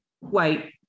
Wait